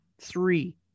Three